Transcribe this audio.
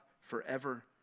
forever